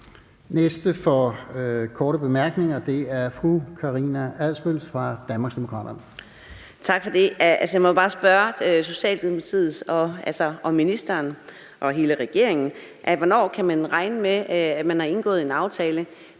enkelt kort bemærkning fra fru Karina Adsbøl, Danmarksdemokraterne.